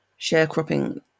Sharecropping